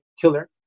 killer